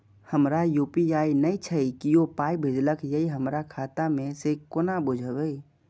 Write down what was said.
हमरा यू.पी.आई नय छै कियो पाय भेजलक यै हमरा खाता मे से हम केना बुझबै?